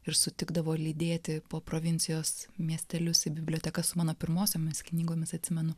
ir sutikdavo lydėti po provincijos miestelius į bibliotekas su mano pirmosiomis knygomis atsimenu